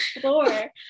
floor